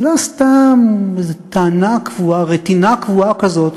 זאת סתם איזו טענה קבועה, רטינה קבועה כזאת.